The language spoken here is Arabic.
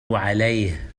عليه